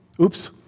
oops